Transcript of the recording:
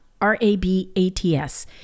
r-a-b-a-t-s